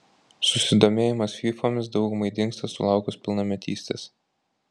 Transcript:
susidomėjimas fyfomis daugumai dingsta sulaukus pilnametystės